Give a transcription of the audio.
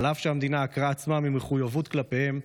אף שהמדינה עקרה עצמה ממחויבות כלפיהם,